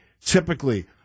typically